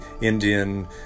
Indian